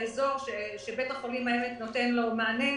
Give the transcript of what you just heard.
באזור שבית החולים העמק נותן להם מענה,